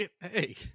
hey